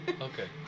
Okay